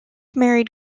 married